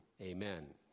Amen